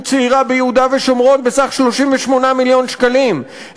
צעירה ביהודה ושומרון בסך 38 מיליון שקלים,